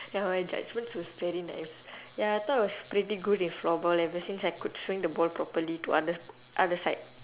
ya my judgement was very nice ya I thought I was pretty good in floorball ever since I could swing the ball properly to other other side